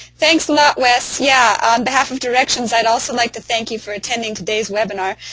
thanks a lot, wes. yeah, on behalf of directions, i'd also like to thank you for attending today's webinar.